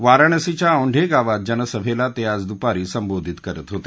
वाराणसीच्या औढे गावात जनसभेला ते आज दुपारी संबोधित करत होते